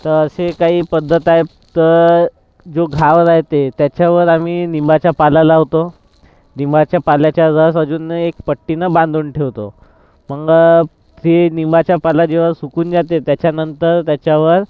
तर अशी काही पद्धत आहे तर जो घाव राहते त्याच्यावर आम्ही निंबाचा पाला लावतो निंबाच्या पाल्याचा रस अजून एक पट्टीने बांधून ठेवतो मग ते निंबाचा पाला जेव्हा सुकून जाते त्याच्यानंतर त्याच्यावर